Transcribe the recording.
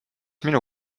minu